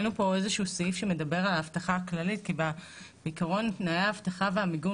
שמדבר על אבטחה כללית כי בעיקרון תנאי האבטחה והמיגון